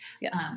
Yes